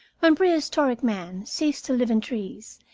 when prehistoric man ceased to live in trees,